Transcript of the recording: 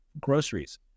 groceries